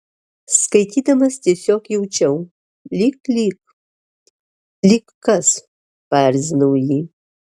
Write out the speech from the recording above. skaitydamas tiesiog jaučiau lyg lyg lyg kas paerzinau jį